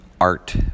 art